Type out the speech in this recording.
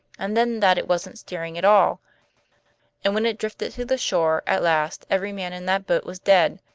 and then that it wasn't steering at all and when it drifted to the shore at last every man in that boat was dead,